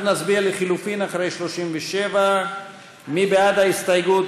אנחנו נצביע על לחלופין אחרי 37. מי בעד ההסתייגות?